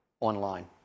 online